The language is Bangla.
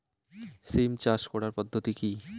সিম চাষ করার পদ্ধতি কী?